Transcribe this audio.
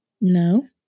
No